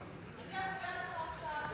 אני אפריע לך עכשיו,